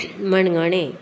मणगणें